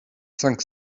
cinq